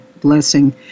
blessing